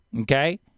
Okay